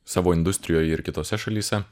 savo industrijoj ir kitose šalyse